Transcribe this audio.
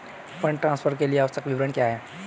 Fund transfer के लिए आवश्यक विवरण क्या हैं?